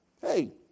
Hey